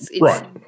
Right